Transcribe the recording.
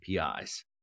APIs